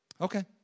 Okay